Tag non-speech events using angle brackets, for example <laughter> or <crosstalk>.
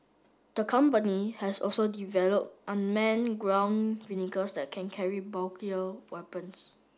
the company has also developed unmanned ground <unintelligible> that can carry bulkier weapons